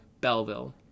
Belleville